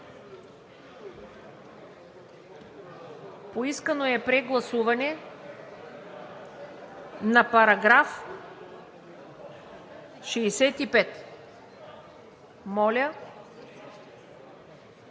Поискано е прегласуване на § 65. Моля,